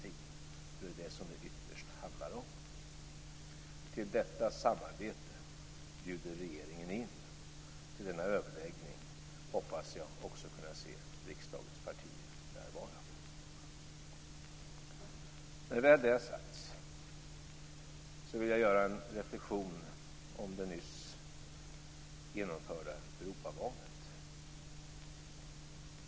Det är det som det ytterst handlar om. Till detta samarbete bjuder regeringen in. Vid denna överläggning hoppas jag också kunna se riksdagens partier närvara. När väl det har sagts vill jag göra en reflexion om det nyss genomförda Europavalet.